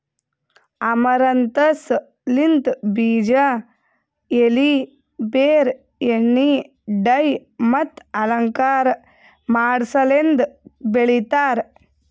amaranthus ಲಿಂತ್ ಬೀಜ, ಎಲಿ, ಬೇರ್, ಎಣ್ಣಿ, ಡೈ ಮತ್ತ ಅಲಂಕಾರ ಮಾಡಸಲೆಂದ್ ಬೆಳಿತಾರ್